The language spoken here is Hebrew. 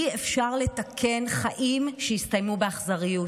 אי-אפשר לתקן חיים שהסתיימו באכזריות.